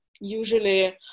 usually